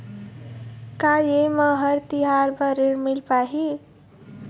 का ये म हर तिहार बर ऋण मिल पाही?